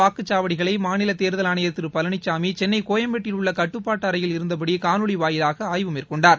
வாக்குச்சாவடிகளை பதற்றமான மாநில தேர்தல் ஆணையர் திரு பழனிசாமி சென்னை கோயம்பேட்டில் உள்ள கட்டுப்பாட்டு அறையில் இருந்தபடி காணொலி வாயிலாக ஆய்வு மேற்கொண்டார்